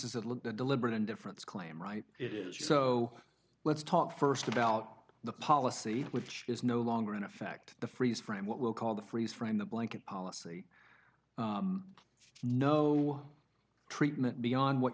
is a look at deliberate indifference claim right it is so let's talk st about the policy which is no longer in effect the freeze frame what we'll call the freeze frame the blanket policy no treatment beyond what